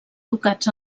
ducats